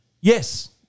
Yes